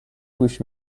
گوش